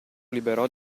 liberò